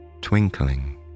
twinkling